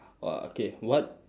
!whoa! okay what